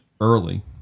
early